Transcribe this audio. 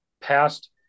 past